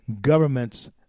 governments